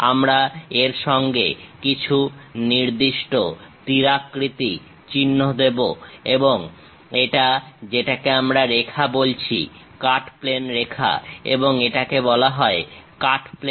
আমরা এর সঙ্গে কিছু নির্দিষ্ট তিরাকৃতি চিহ্ন দেবো এবং এটা যেটাকে আমরা রেখা বলছি কাট প্লেন রেখা এবং এটাকে বলা হয় কাট প্লেন